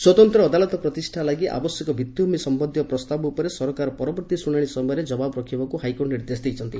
ସ୍ୱତନ୍ତ ଅଦାଲତ ପ୍ରତିଷା ଲାଗି ଆବଶ୍ୟକ ଭିଭିଭିମି ସମ୍ୟନ୍ଧୀୟ ପ୍ରସ୍ତାବ ଉପରେ ସରକାର ପରବର୍ତ୍ତୀ ଶୁଶାଶି ସମୟରେ ଜବାବ ରଖିବାକୁ ହାଇକୋର୍ଟ ନିର୍ଦ୍ଦେଶ ଦେଇଛନ୍ତି